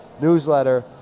newsletter